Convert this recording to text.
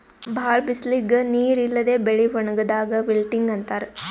ಭಾಳ್ ಬಿಸಲಿಗ್ ನೀರ್ ಇಲ್ಲದೆ ಬೆಳಿ ಒಣಗದಾಕ್ ವಿಲ್ಟಿಂಗ್ ಅಂತಾರ್